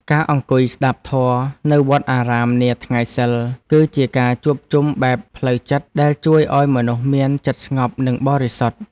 ការអង្គុយស្ដាប់ធម៌នៅវត្តអារាមនាថ្ងៃសីល គឺជាការជួបជុំបែបផ្លូវចិត្តដែលជួយឱ្យមនុស្សមានចិត្តស្ងប់និងបរិសុទ្ធ។